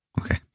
Okay